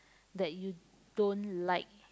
that you don't like